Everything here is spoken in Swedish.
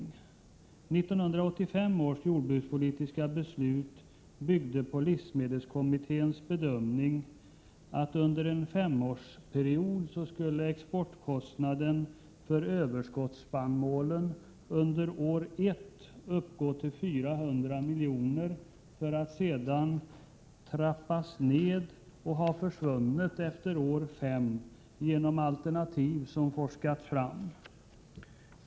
1985 års jordbrukspolitiska beslut byggde på livsmedelskommitténs bedömning att under en femårsperiod skulle exportkostnaden för överskottspannmålen under år 1 uppgå till 400 milj.kr., för att sedan trappas ned och efter år 5 ha försvunnit genom alternativ som forskats fram.